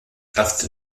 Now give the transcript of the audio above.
after